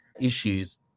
issues